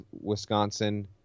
Wisconsin